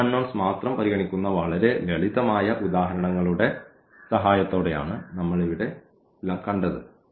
രണ്ട് അൺനോൺസ് മാത്രം പരിഗണിക്കുന്ന വളരെ ലളിതമായ ഉദാഹരണങ്ങളുടെ സഹായത്തോടെയാണ് നമ്മൾ ഇവിടെ കണ്ടത്